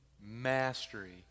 mastery